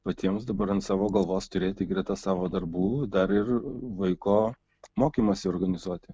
patiems dabar ant savo galvos turėti greta savo darbų dar ir vaiko mokymąsi organizuoti